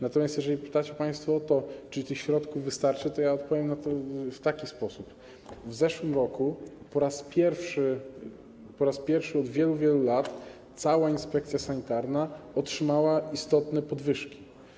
Natomiast jeżeli pytacie państwo o to, czy tych środków wystarczy, odpowiem w taki sposób: w zeszłym roku po raz pierwszy od wielu, wielu lat cała inspekcja sanitarna otrzymała istotne podwyżki.